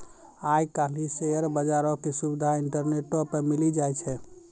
आइ काल्हि शेयर बजारो के सुविधा इंटरनेटो पे मिली जाय छै